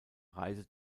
reise